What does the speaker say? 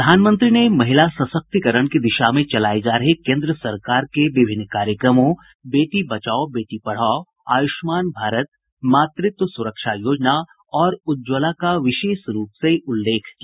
प्रधानमंत्री ने महिला सशक्तिकरण की दिशा में चलाए जा रहे केन्द्र सरकार के विभिन्न कार्यक्रमों बेटी बचाओ बेटी पढ़ाओ आयुष्मान भारत मातृत्व सुरक्षा योजना और उज्जवला का उल्लेख किया